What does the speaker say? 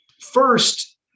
First